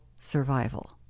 survival